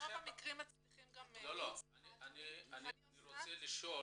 ברוב המקרים מצליחים גם --- אני רוצה לשאול